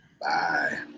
Bye